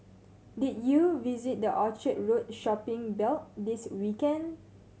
did you visit the Orchard Road shopping belt this weekend